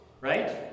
right